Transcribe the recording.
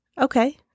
Okay